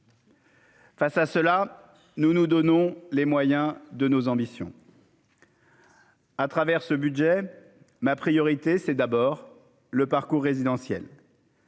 Face à cela, nous nous donnons les moyens de nos ambitions. à travers ce budget ma priorité, c'est d'abord le parcours résidentiel.